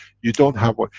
you don't have like